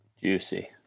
Juicy